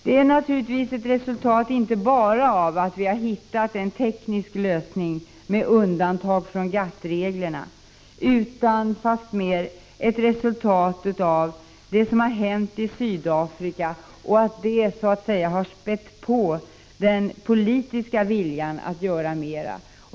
Det är naturligtvis ett resultat inte bara av att vi har hittat en teknisk lösning med undantag från GATT-reglerna utan fastmer av det som har hänt i Sydafrika, och det har spätt på den politiska viljan att göra mera.